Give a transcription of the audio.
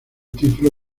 título